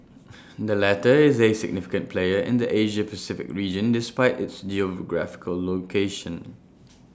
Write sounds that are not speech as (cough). the latter is A significant player in the Asia Pacific region despite its geographical location (noise)